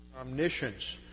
omniscience